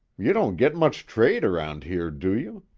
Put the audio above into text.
you don't get much trade around here, do you?